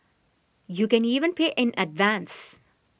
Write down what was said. you can even pay in advance